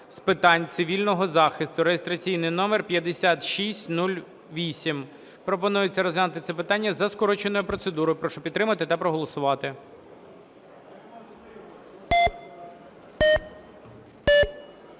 з питань цивільного захисту (реєстраційний номер 5608). Пропонується розглянути це питання за скороченою процедурою. Прошу підтримати та проголосувати.